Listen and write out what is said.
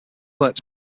works